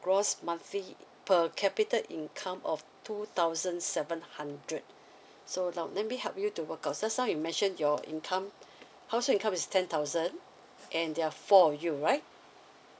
gross monthly per capita income of two thousand seven hundred so now let me help you to work cause just now you mention your income household income is ten thousand and they're four of you right